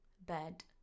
Bed